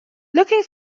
looking